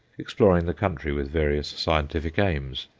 exploring the country with various scientific aims.